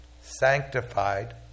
sanctified